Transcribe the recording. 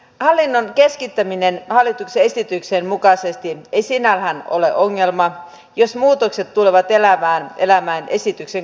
hallinnon keskittäminen hallituksen esityksen mukaisesti ei sinällään ole ongelma jos muutokset tulevat elävään elämään esityksen kaltaisina